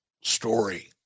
story